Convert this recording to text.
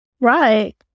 right